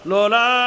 Lola